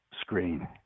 screen